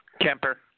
Kemper